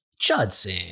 Judson